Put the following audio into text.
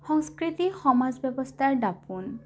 সংস্কৃতি সমাজ ব্যৱস্থাৰ দাপোন